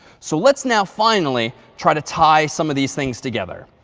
so let's now finally try to tie some of these things together.